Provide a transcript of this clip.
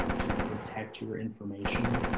um to protect your information